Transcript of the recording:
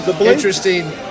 interesting